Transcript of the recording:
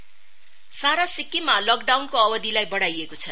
lockdown सारा सिक्किममा लकडाउनको अवधिलाई बढ़ाइएको छ